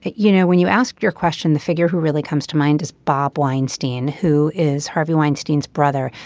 you know when you ask your question the figure who really comes to mind is bob weinstein who is harvey weinstein's brother.